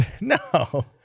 No